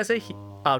orh